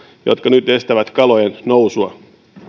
jotka nyt estävät kalojen nousua